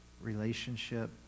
relationship